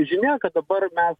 žinia kad dabar mes